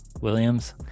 Williams